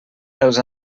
els